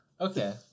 okay